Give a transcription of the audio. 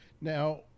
Now